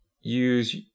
use